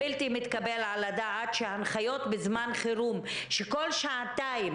בלתי מתקבל על הדעת שהנחיות בזמן חירום כשכל שעתיים